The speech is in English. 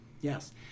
Yes